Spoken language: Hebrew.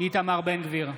איתמר בן גביר,